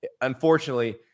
unfortunately